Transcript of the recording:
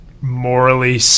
morally